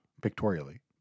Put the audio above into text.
pictorially